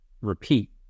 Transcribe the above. repeat